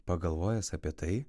pagalvojęs apie tai